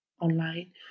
online